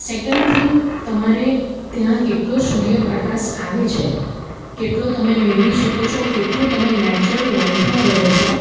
second thing તમારે ત્યાં કેટલો સૂર્યપ્રકાશ આવે છે કેટલો તમે મેળવી શકો છો કેટલું તમે નેચરલ લાઇટમાં રહો છો